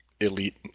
elite